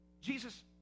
Jesus